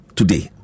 today